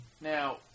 Now